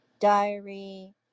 diary